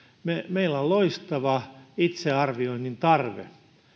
meillä on loistava itsearvioinnin tarve tarve